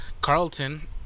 Carlton